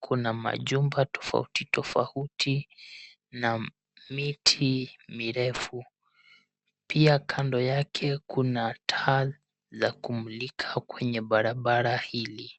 kuna majumba tofauti tofauti na miti mirefu. Pia kando yake kuna taa ya kumlika kwenye barabara hili.